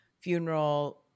funeral